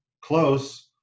close